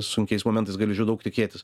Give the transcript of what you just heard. sunkiais momentais galiu iš jų daug tikėtis